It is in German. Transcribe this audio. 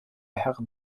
herren